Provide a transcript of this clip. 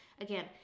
again